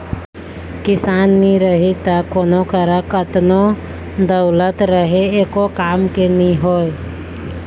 किसान नी रही त कोनों करा कतनो दउलत रहें एको काम के नी होय